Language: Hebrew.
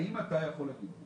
האם אתה יכול להגיד לי